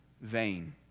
vain